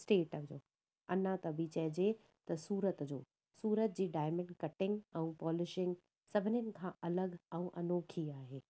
state में अञा त बि चए जे त सूरत जो सूरत जी डायमंड कटिंग ऐं पॉलिशिंग सभिनीनि खां अलॻि ऐं अनोखी आहे